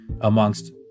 amongst